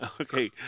Okay